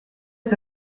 est